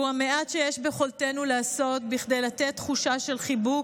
והוא המעט שיש ביכולתנו לעשות כדי לתת תחושה של חיבוק,